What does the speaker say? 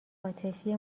عاطفی